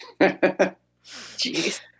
Jeez